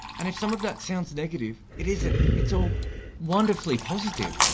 and if some of that sounds negative it isn't. it's all wonderfully positive.